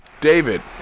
David